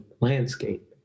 landscape